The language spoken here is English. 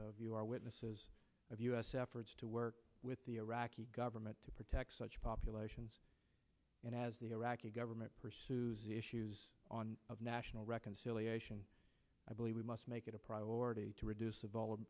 you are witnesses of u s efforts to work with the iraqi government to protect such populations and as the iraqi government pursues issues on of national reconciliation i believe we must make it a priority to reduce